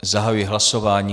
Zahajuji hlasování.